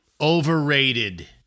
overrated